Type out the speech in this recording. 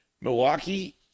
Milwaukee